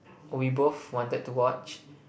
we both wanted to watch